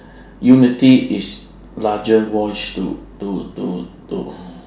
unity is larger voice to to to to